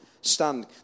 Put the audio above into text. stand